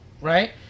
right